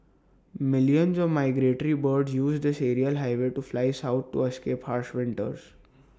millions of migratory birds use this aerial highway to fly south to escape harsh winters